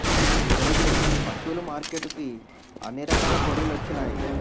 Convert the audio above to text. ఈరోజు పశువులు మార్కెట్టుకి అన్ని రకాల గొర్రెలొచ్చినాయ్